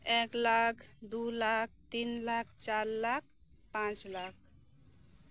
ᱮᱠᱞᱟᱠ ᱫᱩᱞᱟᱠ ᱛᱤᱱᱞᱟᱠ ᱪᱟᱨᱞᱟᱠ ᱯᱟᱸᱪᱞᱟᱠ